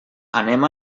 anem